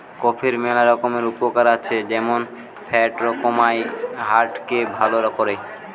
কফির ম্যালা রকমের উপকার আছে যেমন ফ্যাট কমায়, হার্ট কে ভাল করে